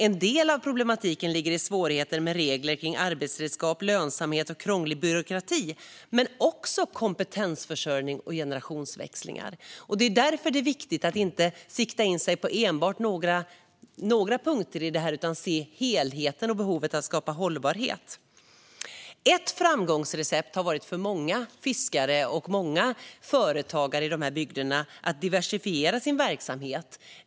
En del av problematiken ligger i svårigheter med regler kring arbetsredskap, lönsamhet och krånglig byråkrati, men det handlar också om kompetensförsörjning och generationsväxlingar. Det är därför som det är viktigt att inte sikta in sig på enbart några av punkterna utan att se helheten och behovet av att skapa hållbarhet. Ett framgångsrecept för många fiskare och företagare i de här bygderna har varit att diversifiera sin verksamhet.